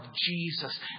Jesus